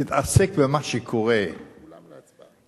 תתעסק במה שקורה אצלכם.